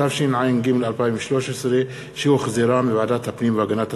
התשע"ג 2013, שהחזירה ועדת הפנים והגנת הסביבה.